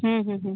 हूं हूं हूं